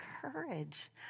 courage